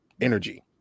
energy